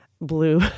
blue